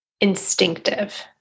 instinctive